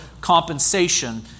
compensation